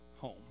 home